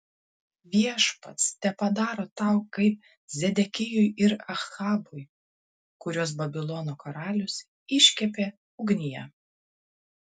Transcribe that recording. viešpats tepadaro tau kaip zedekijui ir ahabui kuriuos babilono karalius iškepė ugnyje